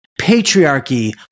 patriarchy